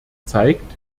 zeigt